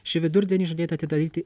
šį vidurdienį žadėta atidaryti